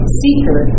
seeker